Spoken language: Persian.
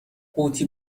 قوطی